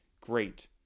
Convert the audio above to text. great